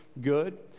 good